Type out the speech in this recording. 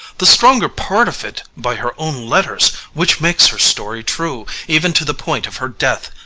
the stronger part of it by her own letters, which makes her story true even to the point of her death.